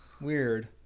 Weird